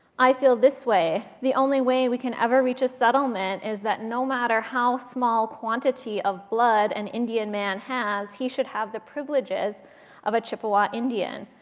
i feel this way. the only way we can ever reach a settlement is that no matter how small quantity of blood an and indian man has, he should have the privileges of a chippewa indian.